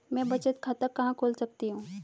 मैं बचत खाता कहां खोल सकती हूँ?